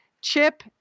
Chip